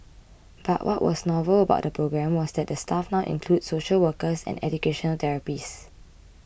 but what was novel about the program was that the staff now included social workers and educational therapists